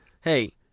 Hey